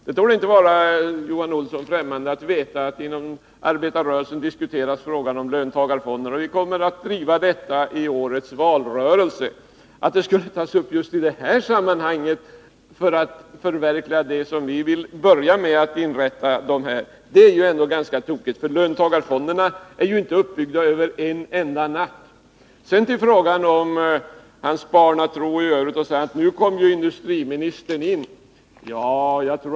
Det torde inte vara Johan Olsson främmande att frågan om löntagarfonder diskuteras inom arbetarrörelsen. Vi kommer att driva denna fråga i årets valrörelse. Att frågan skulle behöva tas upp just i det här sammanhanget för att förverkliga det vi vill börja med att inrätta är ganska tokigt. Löntagarfonderna blir inte uppbyggda över en enda natt. Beträffande Johan Olssons barnatro i övrigt, så sade han att industriministern nu kom in.